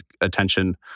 attention